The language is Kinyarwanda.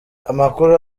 amakuru